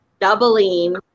doubling